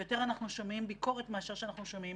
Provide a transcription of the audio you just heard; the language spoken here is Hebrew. ויותר אנשים שומעים מאשר שאנחנו שומעים